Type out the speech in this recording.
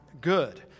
good